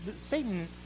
Satan